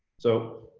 so,